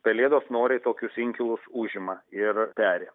pelėdos noriai tokius inkilus užima ir peri